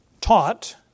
taught